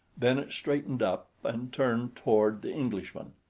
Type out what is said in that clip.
then it straightened up and turned toward the englishman.